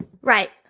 Right